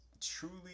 truly